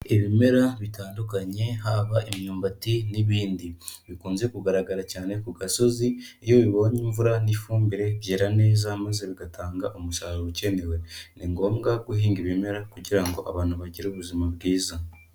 Ibimera bitandukanye haba imyumbati n'ibindi, bikunze kugaragara cyane ku gasozi, iyo bibonye imvura n'ifumbire byera neza maze bigatanga umusaruro ukenewe, ni ngombwa guhinga ibimera kugira ngo abantu bagire ubuzima bwiza.